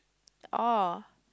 oh